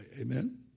Amen